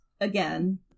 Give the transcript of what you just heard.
again